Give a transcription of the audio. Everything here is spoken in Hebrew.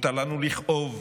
מותר לנו לכאוב,